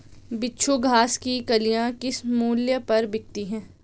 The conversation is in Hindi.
बिच्छू घास की कलियां किस मूल्य पर बिकती हैं?